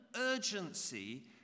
urgency